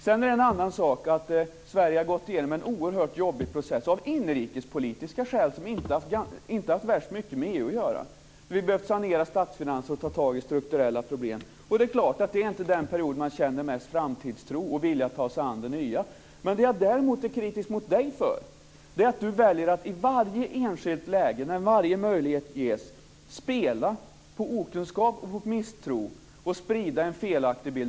Sedan är det en annan sak att Sverige har gått igenom en oerhört jobbig process av inrikespolitiska skäl och som inte har haft så värst mycket med EU att göra när vi har behövt sanera statsfinanserna och ta tag i strukturella problem. Och det är klart att det inte är den period som man känner mest framtidstro och vilja att ta sig an det nya. Men det som jag däremot är kritisk mot Lars Ohly för är att han väljer att i varje enskilt läge när varje möjlighet ges spelar på okunskap och misstro och sprider en felaktig bild.